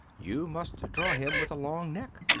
you must draw him with a long neck.